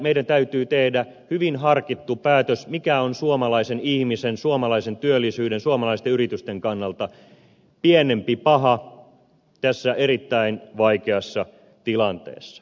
meidän täytyy tehdä hyvin harkittu päätös siitä mikä on suomalaisen ihmisen suomalaisen työllisyyden suomalaisten yritysten kannalta pienempi paha tässä erittäin vaikeassa tilanteessa